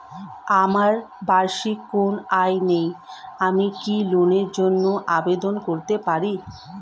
আমার বার্ষিক কোন আয় নেই আমি কি লোনের জন্য আবেদন করতে পারি?